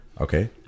Okay